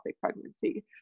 pregnancy